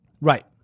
Right